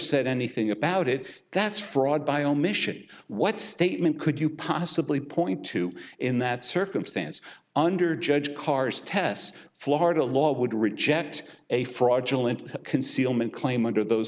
said anything about it that's fraud by omission what statement could you possibly point to in that circumstance under judge carr's tess florida law would reject a fraudulent concealment claim under those